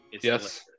Yes